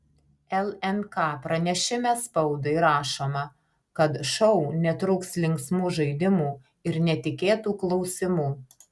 lnk pranešime spaudai rašoma kad šou netrūks linksmų žaidimų ir netikėtų klausimų